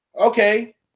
Okay